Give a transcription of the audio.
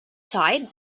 side